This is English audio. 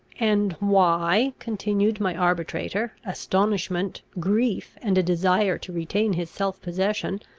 and why, continued my arbitrator, astonishment grief, and a desire to retain his self-possession,